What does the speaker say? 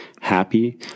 happy